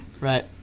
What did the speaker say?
Right